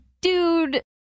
dude